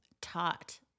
taught